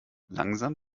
langsam